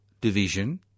division